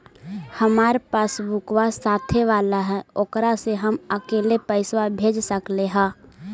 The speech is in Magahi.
हमार पासबुकवा साथे वाला है ओकरा से हम अकेले पैसावा भेज सकलेहा?